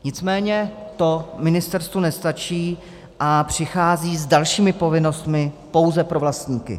Nicméně to ministerstvu nestačí a přichází s dalšími povinnostmi pouze pro vlastníky.